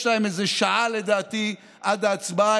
יש להם איזו שעה, לדעתי, עד ההצבעה.